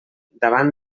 davant